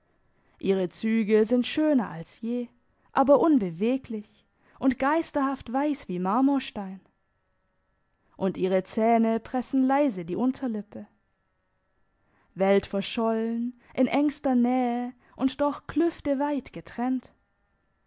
ihre züge sind schöner als je aber unbeweglich und geisterhaft weiss wie marmorstein und ihre zähne pressen leise die unterlippe weltverschollen in engster nähe und doch klüfteweit getrennt